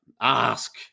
Ask